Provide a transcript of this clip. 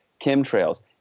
chemtrails